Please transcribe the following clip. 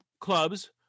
clubs